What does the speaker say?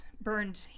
burned